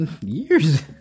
Years